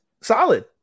Solid